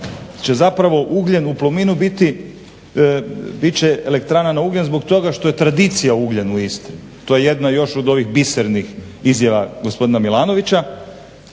će zapravo ugljen u Plominu bit će elektrana na ugljen zbog toga što je tradicija ugljen u Istri. To je jedna još od ovih bisernih izjava gospodina Milanovića.